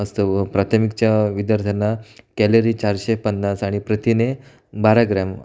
असतं व प्राथमिकच्या विद्यार्थ्यांना कॅलरी चारशे पन्नास आणि प्रथिने बारा ग्रॅम